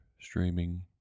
streaming